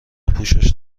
پوشش